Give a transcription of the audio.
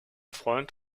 freund